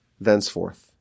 thenceforth